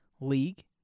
league